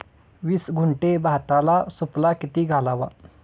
वीस गुंठे भाताला सुफला किती घालावा?